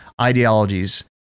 ideologies